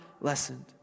lessened